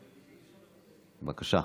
בבקשה.